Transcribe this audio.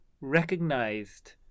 recognized